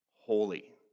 holy